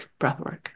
breathwork